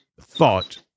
thought